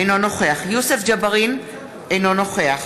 אינו נוכח יוסף ג'בארין, אינו נוכח